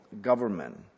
government